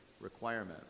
requirement